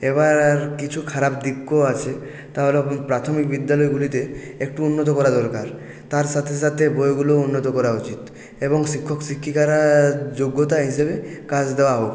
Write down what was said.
এবার কিছু খারাপ দিকও আছে তা হল প্রাথমিক বিদ্যালয়গুলিতে একটু উন্নত করা দরকার তার সাথে সাথে বইগুলোও উন্নত করা উচিত এবং শিক্ষক শিক্ষিকারা যোগ্যতা হিসাবে কাজ দেওয়া হোক